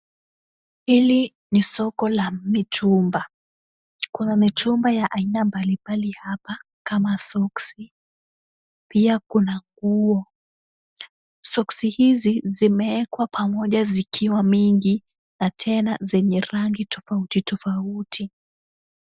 Hili ni soko la mitumba . Kuna mitumba ya aina mbali mbali hapa kama soksi, pia kuna nguo. Soksi hizi zimewekwa pamoja zikiwa mingi na tena zenye rangi tofauti tofauti.